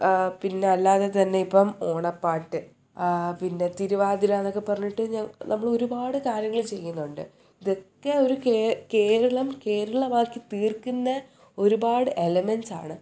പിന്നെ അല്ലാതെ തന്നെ ഇപ്പം ഓണപ്പാട്ട് പിന്നെ തിരുവാതിര എന്നൊക്കെ പറഞ്ഞിട്ട് നമ്മൾ ഒരുപാട് കാര്യങ്ങൾ ചെയ്യുന്നുണ്ട് ഇതൊക്കെ ഒരു കേരളം കേരളമാക്കി തീർക്കുന്ന ഒരുപാട് എലമെൻസാണ്